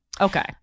okay